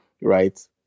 right